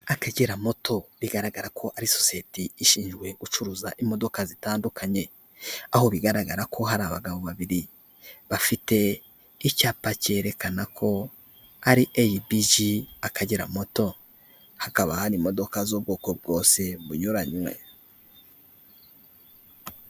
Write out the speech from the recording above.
Akagera Motos bigaragara ko ari sosiyete ishinzwe gucuruza imodoka zitandukanye aho bigaragara ko hari abagabo babiri bafite icyapa cyerekana ko ari ABG Akagera MotoS hakaba hari imodoka z'ubwoko bwose bunyuranye.